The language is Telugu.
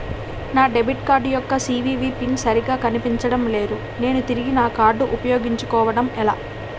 నా డెబిట్ కార్డ్ యెక్క సీ.వి.వి పిన్ సరిగా కనిపించడం లేదు నేను తిరిగి నా కార్డ్ఉ పయోగించుకోవడం ఎలా?